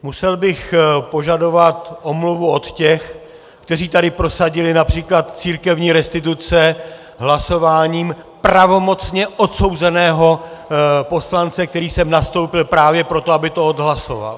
Musel bych požadovat omluvu od těch, kteří tady prosadili například církevní restituce hlasováním pravomocně odsouzeného poslance, který sem nastoupil právě proto, aby to odhlasoval.